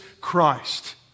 Christ